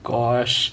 gosh